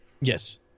Yes